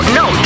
no